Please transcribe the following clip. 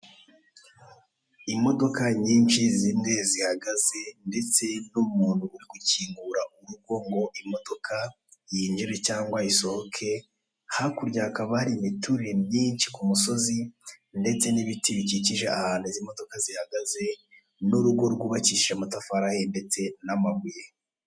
Imodoka nyinshi zimwe zihagaze, ndetse n'umuntu uri gukingura urugo ngo imodoka yinjire cyangwa isohoke, hakurya hakaba hari imiturire myinshi ku musozi, ndetse n'ibiti bikikije ahantu izi modoka zihagaze, n'urugo rwubakishije amatafari ahiye ndetse n'amabuye.